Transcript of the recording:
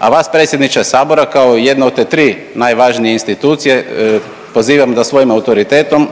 A vas predsjedniče Sabora kao jedno od te tri najvažnije institucije pozivam da svojim autoritetom